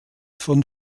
von